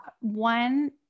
one